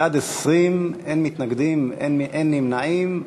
בעד, 20, אין מתנגדים, אין נמנעים.